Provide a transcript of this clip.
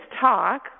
talk